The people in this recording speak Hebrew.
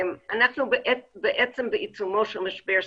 אנחנו בעצם בעיצומו של משבר ספציפי,